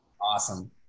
Awesome